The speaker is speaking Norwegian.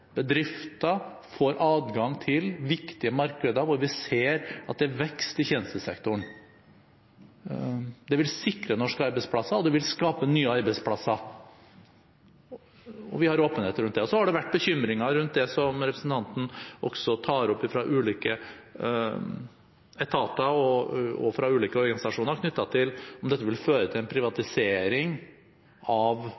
bedrifter får adgang til viktige markeder hvor vi ser at det er vekst i tjenestesektoren. Det vil sikre norske arbeidsplasser, og det vil skape nye arbeidsplasser, og vi har åpenhet rundt det. Så har det vært bekymring rundt dette, som representanten også tar opp, fra ulike etater og fra ulike organisasjoner knyttet til om dette vil føre til en